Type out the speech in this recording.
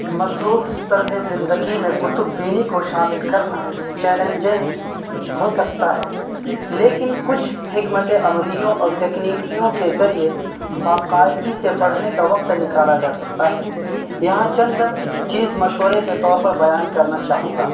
مصروف طرز زندگی میں کتب بینی کو شامل کرنا چیلنجز ہو سکتا ہے لیکن کچھ حکمت عملیوں اور تکنیکیوں کے ذریعے باقاعدگی سے پڑھنے کا وقت ںکالا جا سکتا ہے یہاں چند چیز مشورے کے طور پر بیان کرنا چاہوں گا